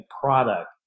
product